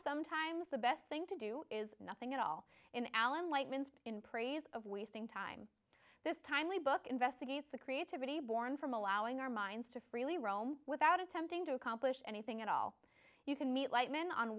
sometimes the best thing to do is nothing at all in alan lightman in praise of wasting time this timely book investigates the creativity born from allowing our minds to freely roam without attempting to accomplish anything at all you can meet lightman on